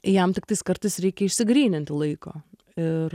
jam tiktais kartais reikia išsigryninti laiko ir